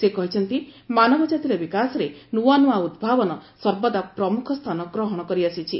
ସେ କହିଛନ୍ତି ମାନବ ଜାତିର ବିକାଶରେ ନୂଆ ନୂଆ ଉଭାବନ ସର୍ବଦା ପ୍ରମୁଖ ସ୍ଥାନ ଗ୍ରହଣ କରିଆସିଛି